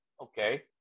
Okay